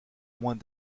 moins